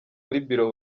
bureau